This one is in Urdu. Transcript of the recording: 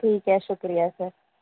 ٹھیک ہے شکریہ سر